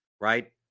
right